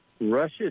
russia